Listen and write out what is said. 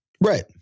Right